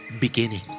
beginning